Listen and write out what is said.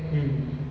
mm